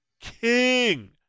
King